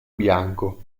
bianco